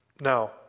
Now